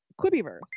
Quibiverse